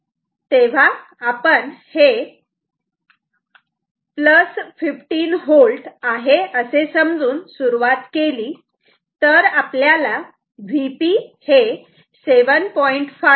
तेव्हा आपण हे 15V आहे असे समजून सुरुवात केली तर आपल्याला Vp 7